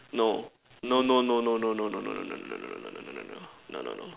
no no no no no no no no no no no no no no no no no no